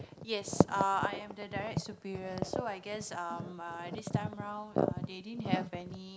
yes uh I am the direct superior so I guess um this time round err they didn't have any